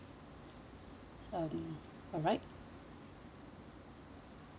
um alright